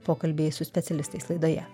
pokalbiai su specialistais laidoje